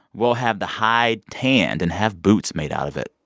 we'll have the hide tanned and have boots made out of it.